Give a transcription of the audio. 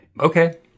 Okay